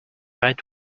right